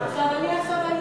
אני העניין עכשיו?